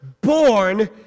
born